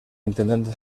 intendente